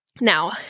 Now